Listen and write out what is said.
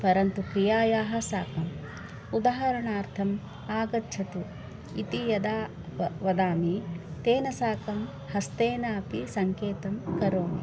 परन्तु क्रियायाः साकम् उदाहरणार्थम् आगच्छतु इति यदा वा वदामि तेन साकं हस्तेन अपि सङ्केतं करोमि